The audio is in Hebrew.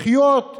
לחיות בביטחון,